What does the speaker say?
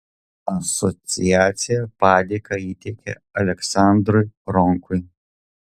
asociacija padėką įteikė aleksandrui ronkui